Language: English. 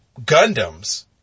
Gundams